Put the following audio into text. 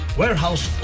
warehouse